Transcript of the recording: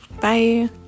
bye